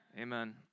Amen